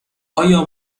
ایا